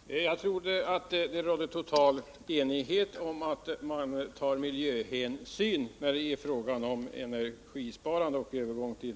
Herr talman! Jag trodde att det rådde total enighet om att man tar miljöhänsyn när det är fråga om energisparande och övergång till